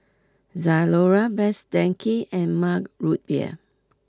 Zalora Best Denki and Mug Root Beer